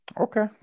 Okay